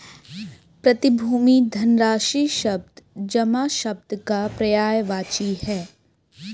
प्रतिभूति धनराशि शब्द जमा शब्द का पर्यायवाची है